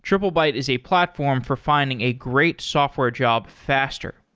triplebyte is a platform for finding a great software job faster.